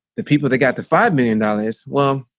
the people that got the five million dollars, well,